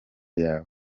yawe